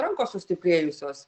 rankos sustiprėjusios